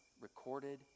recorded